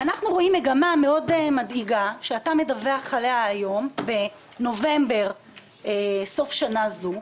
אנחנו רואים מגמה מאוד מדאיגה שאתה מדווח עליה היום בנובמבר סוף שנה זו.